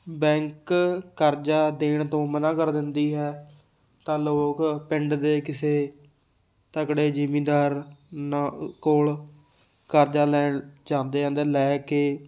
bank ਕਰਜ਼ਾ ਦੇਣ ਤੋਂ ਮਨ੍ਹਾ ਕਰ ਦਿੰਦੀ ਹੈ ਤਾਂ ਲੋਕ ਪਿੰਡ ਦੇ ਕਿਸੇ ਤਕੜੇ ਜਿਮੀਦਾਰ ਨ ਕੋਲ ਕਰਜ਼ਾ ਲੈਣ ਜਾਂਦੇ ਜਾਂਦੇ ਲੈ ਕੇ